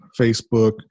Facebook